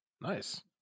Nice